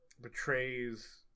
betrays